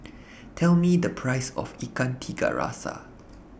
Tell Me The Price of Ikan Tiga Rasa